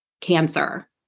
cancer